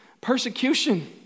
Persecution